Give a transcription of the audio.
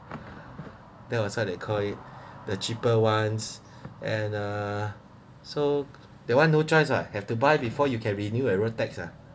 that was how they call it the cheaper ones and uh so that [one] no choice uh have to buy before you can renew your road tax uh